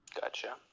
Gotcha